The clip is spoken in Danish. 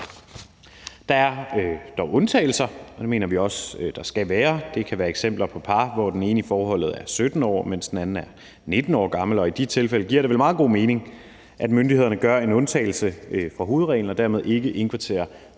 Der er dog undtagelser, og det mener vi også at der skal være. Det kan være eksempler på par, hvor den ene i forholdet er 17 år, mens den anden er 19 år gammel. Og i de tilfælde giver det vel meget god mening, at myndighederne gør en undtagelse fra hovedreglen og dermed ikke indkvarterer